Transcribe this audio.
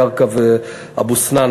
ירכא ואבו-סנאן.